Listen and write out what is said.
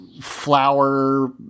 flower